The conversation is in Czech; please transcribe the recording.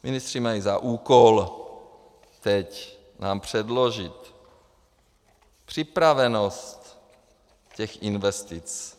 Ministři mají za úkol teď nám předložit připravenost těch investic.